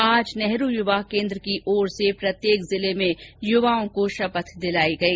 आज नेहरू युवा केन्द्र की ओर से प्रत्येक जिले में युवाओं को शपथ दिलाई गई